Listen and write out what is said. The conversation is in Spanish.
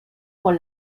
con